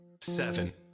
seven